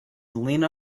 lena